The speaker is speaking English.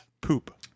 poop